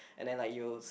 and then like you'll